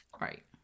right